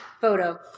Photo